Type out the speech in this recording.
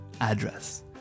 address